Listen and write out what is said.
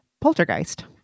Poltergeist